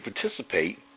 participate